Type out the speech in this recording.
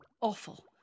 awful